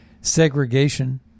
segregation